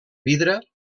vidre